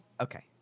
Okay